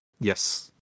yes